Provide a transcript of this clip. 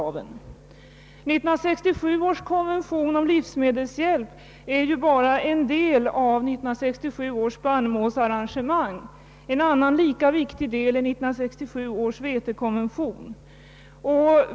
1967 års konvention om livsmedelshjälp är ju bara en del av 1967 års spannmålsarrangemang. En annan, lika viktig del är 1967 års vetekonvention.